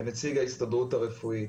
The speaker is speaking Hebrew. כנציג ההסתדרות הרפואית.